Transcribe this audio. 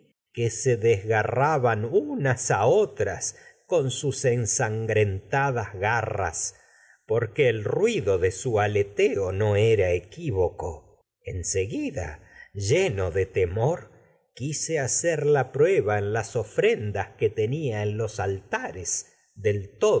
comprendió se desgarraban porque a otras con en sangrentadas era garras el ruido de de su aleteo no equivoco en en seguida lleno que temor quise hacer del la prueba las ofrendas pero el tenia en los altares